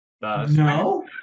no